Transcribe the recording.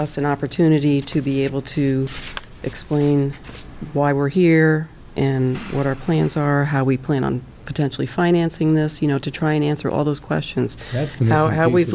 an opportunity to be able to explain why we're here and what our plans are how we plan on potentially financing this you know to try and answer all those questions have now how we